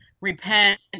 repent